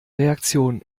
reaktion